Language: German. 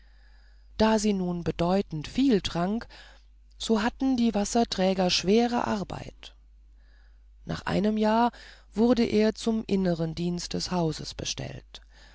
da sie nun bedeutend viel trank so hatten die wasserträger schwere arbeit nach einem jahr wurde er zum inneren dienst des hauses bestellt